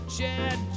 Chad